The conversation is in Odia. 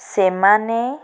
ସେମାନେ